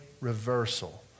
reversal